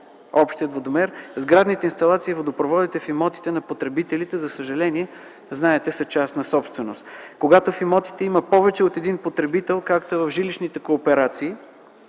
общия водомер. Сградните инсталации и водопроводите в имотите на потребителите, за съжаление, са частна собственост. Когато в имотите има повече от един потребител, както е в жилищните кооперации,